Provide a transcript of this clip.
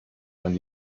man